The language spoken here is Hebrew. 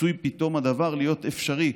עשוי פתאום הדבר להיות אפשרי,